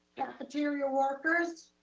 cafeteria workers,